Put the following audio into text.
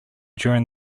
during